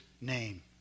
name